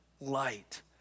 light